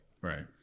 Right